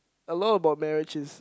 a lot about marriage is